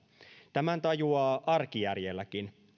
tämän tajuaa arkijärjelläkin